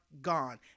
gone